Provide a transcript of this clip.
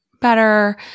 better